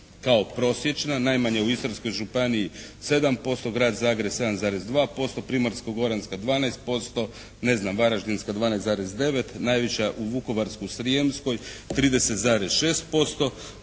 kao prosječna, najmanja u Istarskoj županiji 7%, Grad Zagreb 7,2%, Primorsko-goranska 12%, ne znam Varaždinska 12,9, najviša u Vukovarsko-srijemskoj 30,6%,